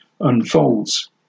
unfolds